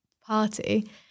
party